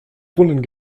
brunnen